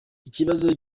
ikibazo